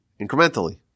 incrementally